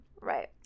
right